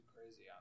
crazy